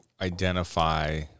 identify